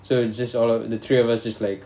so it's just all o~ the three of us just like